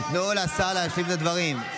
תנו לשר להשלים את הדברים.